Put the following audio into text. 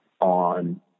on